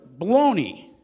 baloney